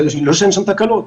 לא שאין שם תקלות,